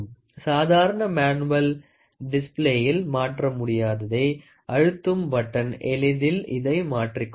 சாதாரண manual display யில் மாற்ற முடியாததை அழுத்தும் பட்டனாள் எளிதில் இதை மாற்றிக் கொள்ளலாம்